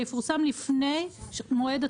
זה יפורסם לפני מועד התחולה.